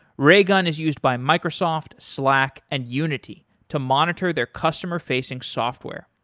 raygun is used by microsoft, slack and unity to monitor their customer-facing software.